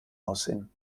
aussehen